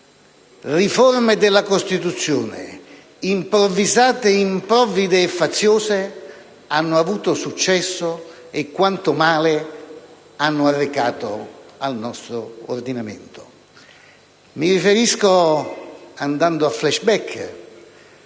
riforme della Costituzione improvvisate, improvvide e faziose hanno avuto successo, e quanto male hanno recato al nostro ordinamento. Mi riferisco - e procedo per *flashback*